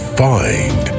find